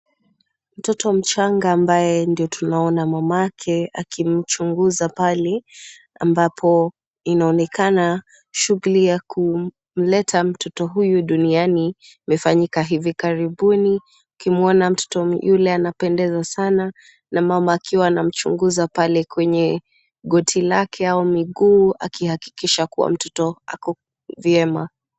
Mtoto mchanga ambaye ndio tunaona mamake akimchunguza pale ambapo inaonekana shughuli ya kumleta mtoto huyu duniani imefanyika hivi karibuni. Ukimuona mtoto yule anapendeza sana na mama akiwa anamchunguza pale kwenye goti lake au miguu akihakikisha kuwa mtoto ako vyema.